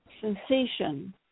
sensation